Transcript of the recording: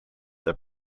the